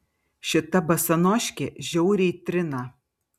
šita basanoškė žiauriai trina